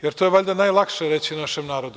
Jer to je valjda najlakše reći našem narodu.